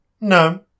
No